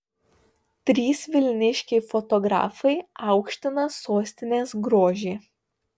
trys vilniškiai fotografai aukština sostinės grožį